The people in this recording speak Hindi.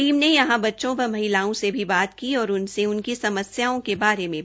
टीम ने यहां बच्चों व महिलाओं से भी बात की और उनसे उनकी समस्याओं के बारे में पूछा